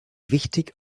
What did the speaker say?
wichtig